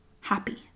happy